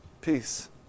peace